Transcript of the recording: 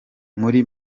muri